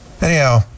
Anyhow